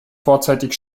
vorzeitig